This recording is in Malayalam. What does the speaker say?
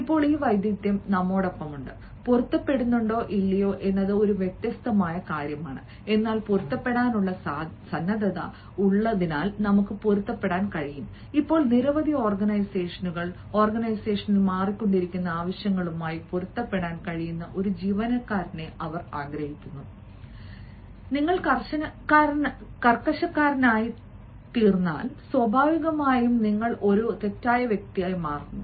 ഇപ്പോൾ ഈ വൈദഗ്ദ്ധ്യം നമ്മോടൊപ്പമുണ്ട് പൊരുത്തപ്പെടുന്നുണ്ടോ ഇല്ലയോ എന്നത് ഒരു വ്യത്യസ്ത കാര്യമാണ് എന്നാൽ പൊരുത്തപ്പെടാനുള്ള സന്നദ്ധത ഉള്ളതിനാൽ നമുക്ക് പൊരുത്തപ്പെടാൻ കഴിയും ഇപ്പോൾ നിരവധി ഓർഗനൈസേഷനുകൾ ഓർഗനൈസേഷന്റെ മാറിക്കൊണ്ടിരിക്കുന്ന ആവശ്യങ്ങളുമായി പൊരുത്തപ്പെടാൻ കഴിയുന്ന ഒരു ജീവനക്കാരനെ അവർ ആഗ്രഹിക്കുന്നു നിങ്ങൾ കർക്കശക്കാരനായിത്തീർന്നാൽ സ്വാഭാവികമായും നിങ്ങൾ ഒരു തെറ്റായ വ്യക്തിയായി മാറുന്നു